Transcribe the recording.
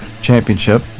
Championship